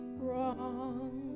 wrong